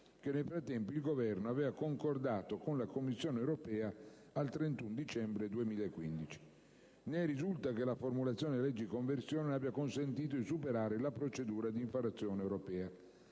che, nel frattempo, il Governo aveva concordato con la Commissione europea al 31 dicembre 2015. Ne risulta che la formulazione della legge di conversione non ha consentito di superare la procedura di infrazione europea.